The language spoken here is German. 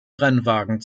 rennwagen